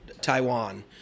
Taiwan